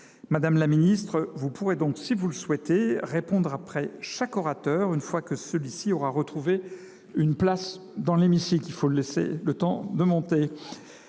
Madame la ministre, vous pourrez donc, si vous le souhaitez, répondre après chaque orateur, une fois que celui ci aura retrouvé sa place dans l’hémicycle. Dans le débat,